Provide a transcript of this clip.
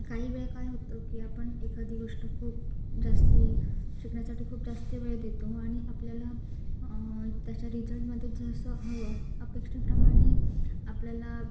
काही वेळा काय होतं की आपण एखादी गोष्ट खूप जास्त शिकण्यासाठी खूप जास्त वेळ देतो आणि आपल्याला त्याच्या रिझल्टमध्ये जसं हवं अपेक्षेप्रमाणे आपल्याला